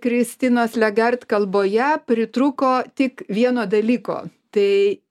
kristinos legart kalboje pritrūko tik vieno dalyko tai